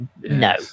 No